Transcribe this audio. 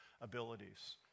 abilities